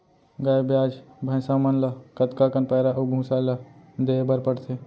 गाय ब्याज भैसा मन ल कतका कन पैरा अऊ भूसा ल देये बर पढ़थे?